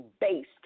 based